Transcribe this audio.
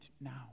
now